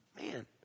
Man